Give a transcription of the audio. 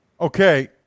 Okay